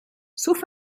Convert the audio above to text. sauf